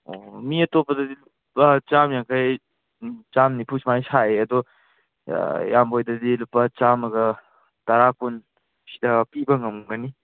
ꯑꯣ ꯃꯤ ꯑꯇꯣꯞꯄꯗꯗꯤ ꯂꯨꯄꯥ ꯆꯥꯝ ꯌꯥꯡꯈꯩ ꯆꯥꯝ ꯅꯤꯐꯨ ꯁꯨꯃꯥꯏꯅ ꯁꯥꯏꯌꯦ ꯑꯗꯣ ꯏꯌꯥꯝꯕ ꯍꯣꯏꯗꯗꯤ ꯂꯨꯄꯥ ꯆꯥꯝꯃꯒ ꯇꯔꯥ ꯀꯨꯟ ꯁꯤꯗ ꯄꯤꯕ ꯉꯝꯒꯅꯤ